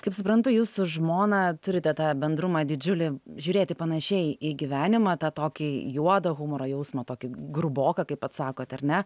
kaip suprantu jūs su žmona turite tą bendrumą didžiulį žiūrėti panašiai į gyvenimą tą tokį juodą humoro jausmą tokį gruboką kaip pats sakot ar ne